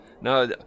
No